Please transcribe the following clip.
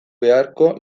beharko